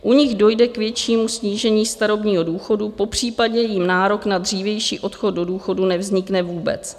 U nich dojde k většímu snížení starobního důchodu, popřípadě jim nárok na dřívější odchod do důchodu nevznikne vůbec.